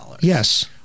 Yes